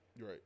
Right